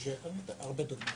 יש לי הרבה דוגמאות.